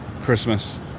Christmas